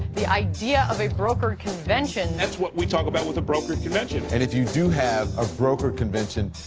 the idea of a brokered convention. that's what we talk about with the brokered convention. and if you do have a brokered convention.